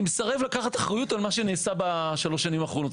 אני מסרב לקחת אחריות על מה שנעשה בשלוש השנים האחרונות.